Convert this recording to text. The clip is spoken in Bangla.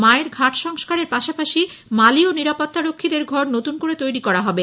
মায়ের ঘাট সংস্কারের পাশাপাশি মালি ও নিরাপত্তারক্ষীদের ঘর নতুন করে তৈরি করা হবে